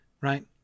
right